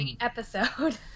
episode